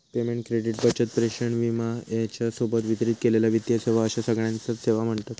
payment, credit, बचत, प्रेषण, विमा ह्येच्या सोबत वितरित केलेले वित्तीय सेवा अश्या सगळ्याकांच सेवा म्ह्णतत